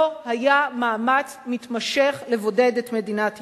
לא היה מאמץ מתמשך לבודד את מדינת ישראל.